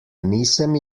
nisem